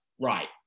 right